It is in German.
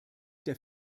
der